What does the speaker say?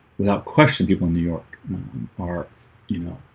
without question people in new york are you know